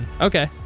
Okay